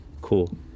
Cool